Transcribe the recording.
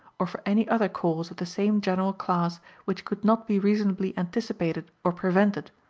or for any other cause of the same general class which could not be reasonably anticipated or prevented,